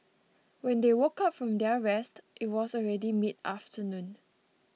when they woke up from their rest it was already midafternoon